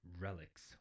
relics